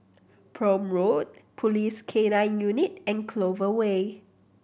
Prome Road Police K Nine Unit and Clover Way